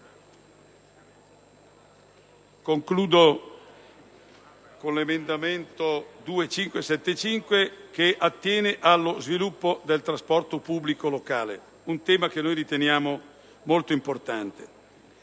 Concludo illustrando l'emendamento 2.575, che attiene allo sviluppo del trasporto pubblico locale, argomento che riteniamo molto importante.